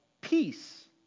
peace